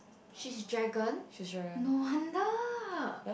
she's dragon no wonder